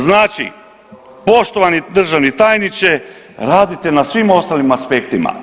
Znači, poštovani državni tajniče, radite na svim ostalim aspektima.